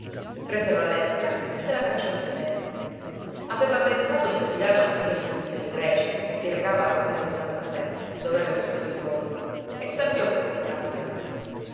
prese la lettera e se la cacciò in seno aveva pensato di affidarla al figlio di nunzia ligreci che si recava a rosario di santa fè doverano i suoi figliuoli e savviò per portargliela